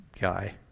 guy